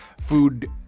food